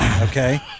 okay